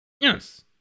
Yes